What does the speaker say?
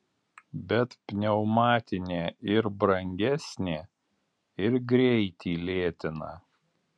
bet pneumatinė ir brangesnė ir greitį lėtina